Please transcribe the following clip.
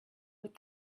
with